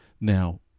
Now